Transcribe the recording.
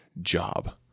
job